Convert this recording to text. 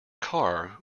car